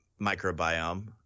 microbiome